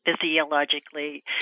physiologically